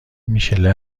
میشله